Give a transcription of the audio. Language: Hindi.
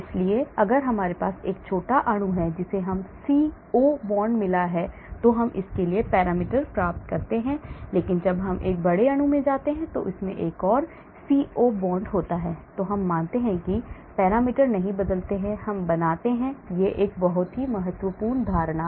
इसलिए अगर हमारे पास एक छोटा अणु है जिसे एक CO bond मिला है तो हम उसके लिए पैरामीटर प्राप्त करते हैं लेकिन जब हम एक बड़े अणु में जाते हैं और इसमें एक CO bond होता है तो हम मानते हैं कि पैरामीटर नहीं बदलते हैं हम बनाते हैं एक बहुत महत्वपूर्ण धारणा